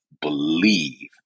believe